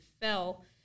fell